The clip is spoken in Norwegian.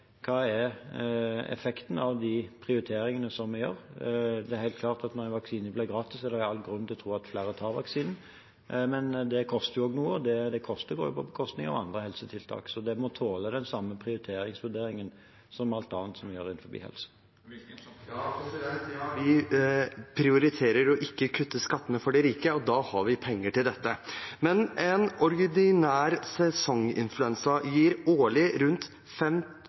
hva som er effekten av de prioriteringene vi gjør. Det er helt klart at når en vaksine blir gratis, er det all grunn til å tro at flere tar vaksinen. Men det koster også noe, og det går på bekostning av andre helsetiltak. Så dette må tåle den samme prioriteringsvurderingen som alt annet som gjøres innenfor helse. Vi prioriterer å ikke kutte skattene for de rike, og da har vi penger til dette. En ordinær sesonginfluensa gir årlig rundt